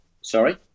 Sorry